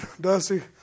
Dusty